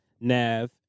Nav